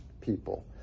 people